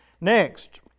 Next